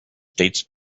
dates